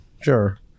sure